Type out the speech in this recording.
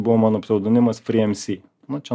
buvo mano pseudonimas fryemsy mačiau